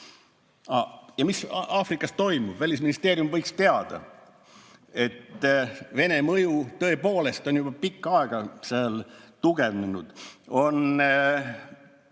on! Ja mis Aafrikas toimub? Välisministeerium võiks teada, et Vene mõju tõepoolest on juba pikka aega seal tugevnenud.